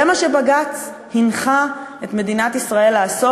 זה מה שבג"ץ הנחה את מדינת ישראל לעשות?